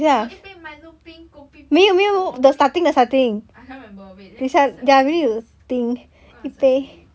no 一杯 milo 冰 kopi 冰什么冰 I cannot remember wait let me go search the lyrics I go and search the lyrics